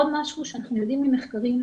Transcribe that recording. עוד משהו שאנחנו יודעים ממחקרים,